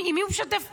עם מי הוא משתף פעולה?